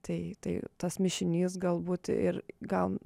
tai tai tas mišinys galbūt ir gal